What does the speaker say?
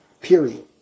Period